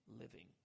living